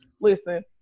Listen